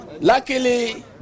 Luckily